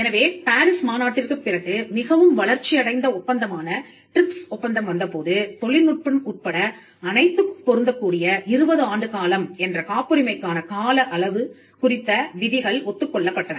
எனவே பாரிஸ் மாநாட்டிற்குப் பிறகு மிகவும் வளர்ச்சி அடைந்த ஒப்பந்தமான டிரிப்ஸ் ஒப்பந்தம் வந்தபோது தொழில்நுட்பம் உட்பட அனைத்துக்கும் பொருந்தக்கூடிய 20 ஆண்டுகாலம் என்ற காப்புரிமைக்கான கால அளவு குறித்த விதிகள் ஒத்துக் கொள்ளப்பட்டன